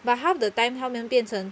but half the time 他们变成